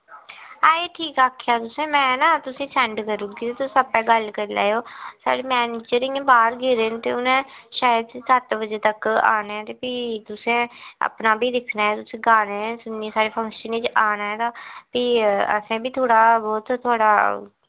हां एह् ठीक आखेआ तुसें में ना तुसेंगी सैंड करी ओड़गी ते तुस आपें गल्ल करी लैएओ साढ़ी मैनेजर इ'यां बाह्र गेदे न ते शायद उ'नें सत्त बजे तक आने ते फ्ही तुसें अपना बी दिक्खना ऐ तुसें घर ऐ ते साढ़े फंक्शन च आना ऐ तां भी असें बी थोह्ड़ा बोह्त थुआढ़ा